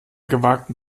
gewagten